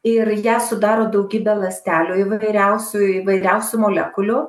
ir ją sudaro daugybė ląstelių įvairiausių įvairiausių molekulių